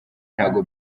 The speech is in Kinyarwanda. ntabwo